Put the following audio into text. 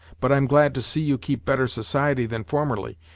but i'm glad to see you keep better society than formerly,